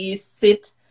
sit